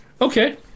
Okay